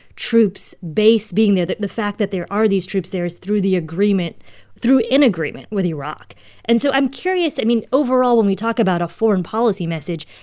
troops' base being there the the fact that there are these troops there is through the agreement through an agreement with iraq and so i'm curious. i mean, overall, when we talk about a foreign policy message,